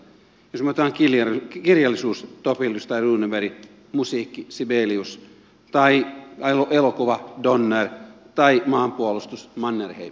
jos otetaan kirjallisuus topelius ja runeberg musiikki sibelius elokuva donner maanpuolustus mannerheim